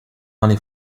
money